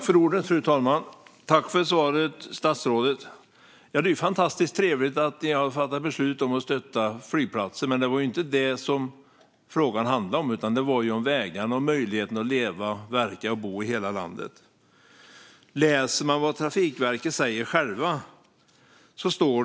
Fru talman! Tack för svaret, statsrådet! Det är fantastiskt trevligt att ni har fattat beslut om att stötta flygplatser, men det är inte det som frågan handlar om. Den handlar om vägarna och möjligheten att leva, verka och bo i hela landet. Man kan läsa vad Trafikverket självt säger.